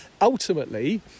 ultimately